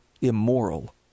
immoral